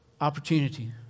Opportunity